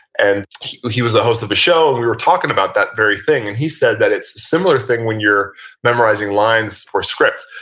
and he was a host of a show, and we were talking about that very thing. and he said that it's a similar thing when you're memorizing lines for a script.